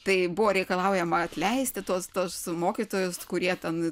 tai buvo reikalaujama atleisti tuos tuos mokytojus kurie ten